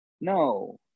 No